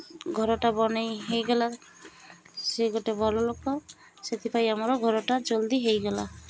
ଘରଟା ବନେଇ ହେଇଗଲା ସେ ଗୋଟେ ଭଲ ଲୋକ ସେଥିପାଇଁ ଆମର ଘରଟା ଜଲ୍ଦି ହେଇଗଲା